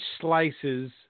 slices